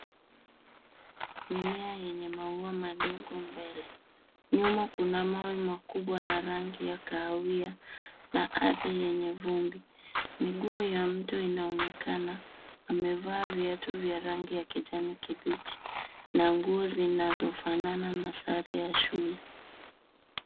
Mimea yenye maua madogo mbele. Nyuma kuna mawe makubwa na rangi ya kahawia na ardhi yenye vumbi. Miguu ya mtu inaonekana. Amevaa viatu vya rangi ya kijani kibichi na nguo zinazofanana na sare ya shule.